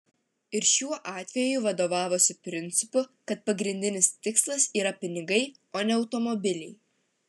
ir šiuo atveju vadovavosi principu kad pagrindinis tikslas yra pinigai o ne automobiliai